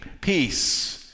peace